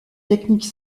technique